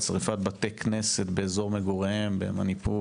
על שריפת בתי כנסת באזור מגוריהם במניפור